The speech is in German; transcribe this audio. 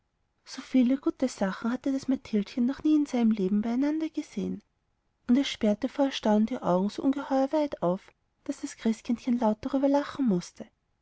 so viele gute sachen hatte das mathildchen noch nie in seinem leben beieinander gesehen und es sperrte vor erstaunen die augen so ungeheuer weit auf daß das christkindchen laut darüber lachen mußte